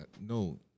no